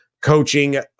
coaching